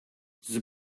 the